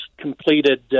completed